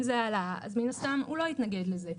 אם זה העלאה, אז מן הסתם הוא לא יתנגד לזה.